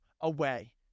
away